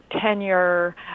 tenure